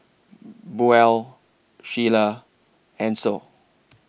Buell Sheila Ancel